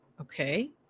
Okay